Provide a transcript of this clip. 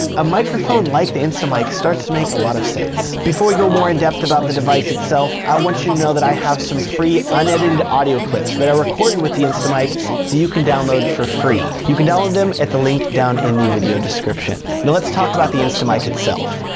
a microphone like the instamic starts to make a lot of sense. before we go more in depth about the device itself, i want you to know that i have some free, unedited audio clips that i recorded with the instamic that you can download for free. you can download them at the link down in the video description. now let's talk about the instamic itself.